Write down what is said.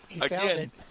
Again